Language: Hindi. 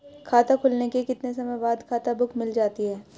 खाता खुलने के कितने समय बाद खाता बुक मिल जाती है?